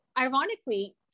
ironically